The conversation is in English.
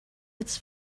its